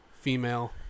female